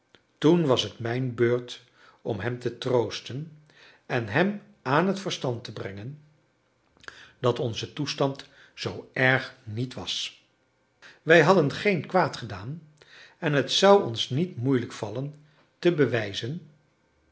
toen was het mijn beurt om hem te troosten en hem aan t verstand te brengen dat onze toestand zoo erg niet was wij hadden geen kwaad gedaan en het zou ons niet moeilijk vallen te bewijzen